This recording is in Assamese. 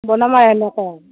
বনাম আৰু এনেকৈ